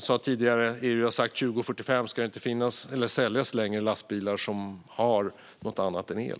Som jag sa tidigare har EU sagt att det 2045 inte längre ska säljas lastbilar som drivs på något annat än el.